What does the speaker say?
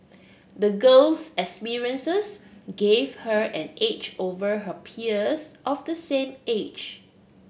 the girl's experiences gave her an edge over her peers of the same age